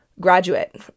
graduate